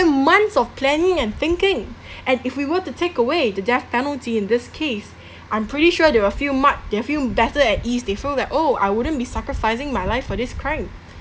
months of planning and thinking and if we were to take away the death penalty in this case I'm pretty sure they will feel muc~ they feel better at ease they feel like that oh I wouldn't be sacrificing my life for this crime